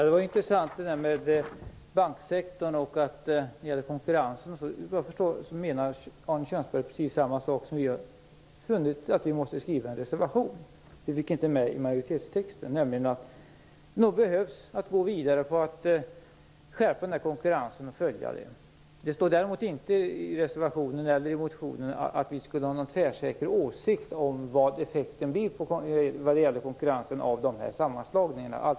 Herr talman! Detta med banksektorn och konkurrensen var intressant. Vad jag förstår menar Arne Kjörnsberg precis samma sak som vi har funnit att vi måste skriva i en reservation. Vi fick inte med det i majoritetstexten. Det handlar om att vi nog behöver gå vidare och skärpa konkurrensen och följa den frågan. Däremot står det inte i reservationen eller i motionen att vi skulle ha någon tvärsäker åsikt om vad effekten blir av de här sammanslagningarna vad gäller konkurrensen.